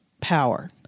power